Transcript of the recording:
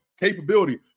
capability